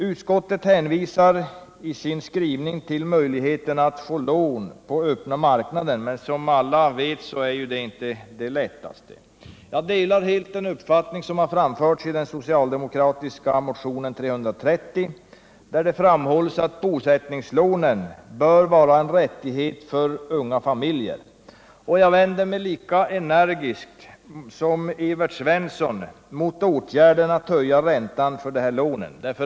Utskottet hänvisar i sin skrivning till möjligheterna att få lån på öppna marknaden, men som alla vet är det inte det lättaste. Jag delar helt den uppfattning som framförs i den socialdemokratiska motionen 330, där det framhålls att bosättningslån bör vara ”en rättighet för unga familjer”. Jag vänder mig lika energiskt som Evert Svensson mot åtgärden att höja räntan på dessa lån.